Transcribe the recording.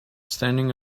standing